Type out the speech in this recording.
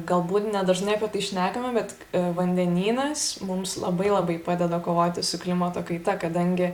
galbūt nedažnai apie tai šnekame bet vandenynas mums labai labai padeda kovoti su klimato kaita kadangi